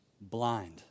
blind